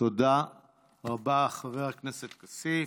תודה רבה, חבר הכנסת כסיף.